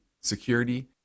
security